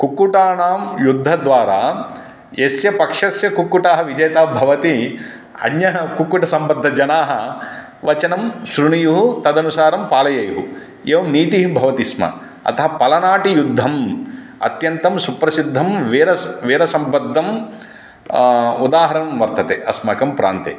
कुक्कुटानां युद्धद्वारा यस्य पक्षस्य कुक्कुटः विजेता भवति अन्यः कुक्कुटसम्बद्धजनाः वचनं श्रुणुयुः तदनुसारं पालयेयुः एवं नीतिः भवति स्म अतः पलनाटि युद्धं अत्यन्तं सुप्रसिद्धं विरस्य वीरसम्बद्धं उदाहरणं वर्तते अस्माकं प्रान्ते